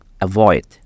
avoid